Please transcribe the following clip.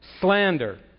slander